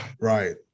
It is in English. right